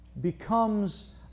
becomes